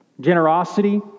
generosity